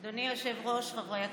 אדוני היושב-ראש, חברי הכנסת,